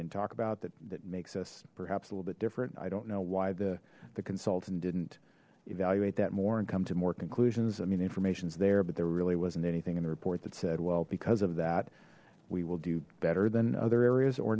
didn't talk about that that makes us perhaps a little bit different i don't know why the the consultant didn't evaluate that more and come to more conclusions i mean informations there but there really wasn't anything in the report that said well because of that we will do better than other areas or